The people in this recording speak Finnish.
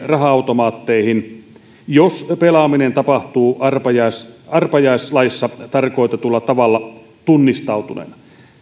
raha automaatteihin jos pelaaminen tapahtuu arpajaislaissa tarkoitetulla tavalla tunnistautuneena